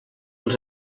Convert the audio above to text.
els